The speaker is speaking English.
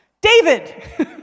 David